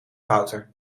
router